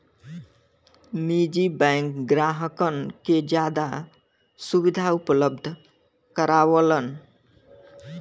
निजी बैंक ग्राहकन के जादा सुविधा उपलब्ध करावलन